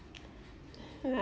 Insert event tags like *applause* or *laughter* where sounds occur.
*breath*